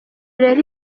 rero